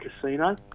Casino